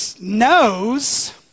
knows